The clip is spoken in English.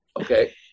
Okay